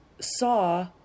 saw